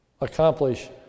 accomplish